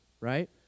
right